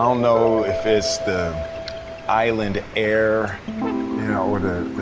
um know if it's the island air or the